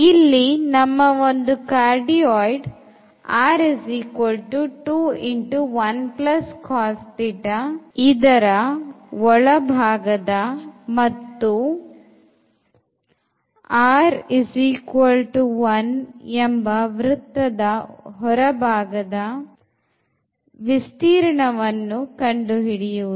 ಇಲ್ಲಿ ನಮ್ಮ ಒಂದು cardioid r21cos θ ಒಳಭಾಗದ ಮತ್ತು r 2 ಎಂಬ ವೃತ್ತದ ಹೊರಭಾಗದ ವಿಸ್ತೀರ್ಣವನ್ನು ಕಂಡು ಹಿಡಿಯುವುದು